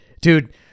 dude